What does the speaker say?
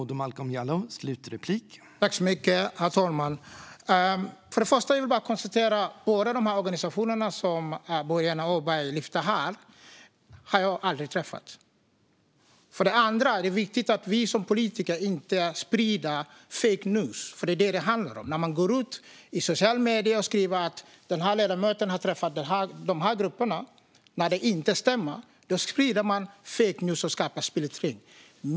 Herr talman! För det första konstaterar jag att jag aldrig har träffat någon av de organisationer som Boriana Åberg tog upp här. För det andra är det viktigt att vi politiker inte sprider fake news. Det är vad det handlar om när man på sociala medier skriver att en viss ledamot har träffat specifika grupper och det inte stämmer. Därigenom skriver man fake news och skapar splittring.